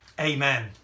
Amen